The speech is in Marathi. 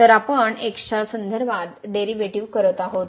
तर आपण x च्या संदर्भात डेरिव्हेटिव्ह करीत आहोत